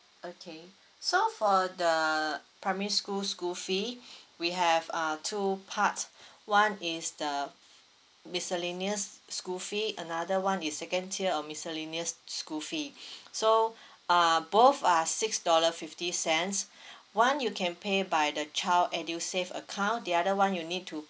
okay so for the primary school school fee we have uh two part one is the miscellaneous school free another [one] is second tier of miscellaneous school fee so uh both are six dollar fifty cents one you can pay by the child edusave account the other [one] you need to